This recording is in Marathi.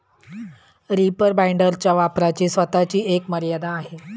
रीपर बाइंडरच्या वापराची स्वतःची एक मर्यादा आहे